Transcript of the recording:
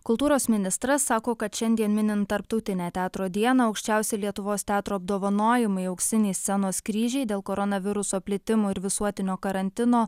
kultūros ministras sako kad šiandien minint tarptautinę teatro dieną aukščiausi lietuvos teatro apdovanojimai auksiniai scenos kryžiai dėl koronaviruso plitimo ir visuotinio karantino